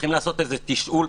צריכים לעשות איזה תשאול.